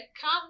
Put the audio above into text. come